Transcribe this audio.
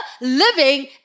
living